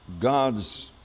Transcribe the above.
God's